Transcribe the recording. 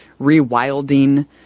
rewilding